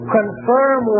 confirm